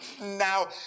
now